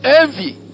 envy